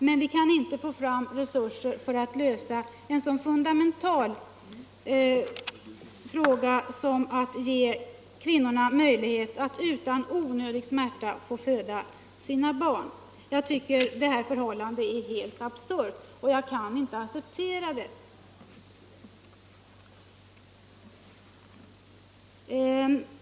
Däremot kan vi inte lösa en så fundamental fråga som att ge kvinnorna möjlighet att utan onödig smärta föda sina barn. Jag tycker detta förhållande är helt absurt och kan inte acceptera det.